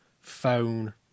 phone